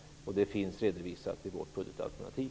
Detta finns redovisat i vårt budgetalternativ.